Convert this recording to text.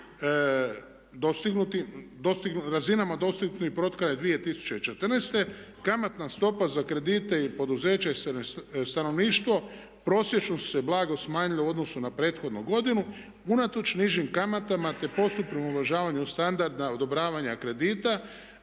razinama dostignutim …/Ne razumije se./… 2014. kamatna stopa za kredite poduzeća i stanovništva prosječno su se blago smanjili u odnosu na prethodnu godinu unatoč nižim kamatama te postupnom uvažavanju standarda odobravanja kredita